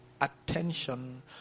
attention